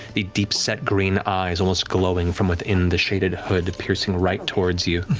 the deep-set green eyes almost glowing from within the shaded hood, piercing right towards you.